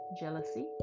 jealousy